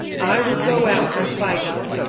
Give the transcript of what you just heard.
i will go out and fight him.